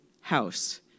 house